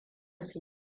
su